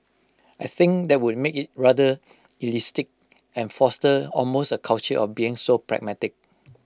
I think that would make IT rather elitist and foster almost A culture of being so pragmatic